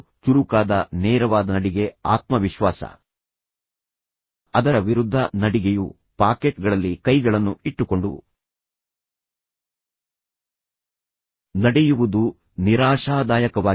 ಚುರುಕಾದ ನೇರವಾದ ನಡಿಗೆ ಆತ್ಮವಿಶ್ವಾಸ ಅದರ ವಿರುದ್ಧ ನಡಿಗೆಯು ಪಾಕೆಟ್ಗಳಲ್ಲಿ ಕೈಗಳನ್ನು ಇಟ್ಟುಕೊಂಡು ನಡೆಯುವುದು ನಿರಾಶಾದಾಯಕವಾಗಿದೆ